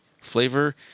flavor